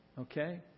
Okay